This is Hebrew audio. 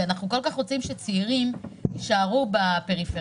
אנחנו כל כך רוצים שצעירים יישארו בפריפריה,